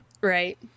Right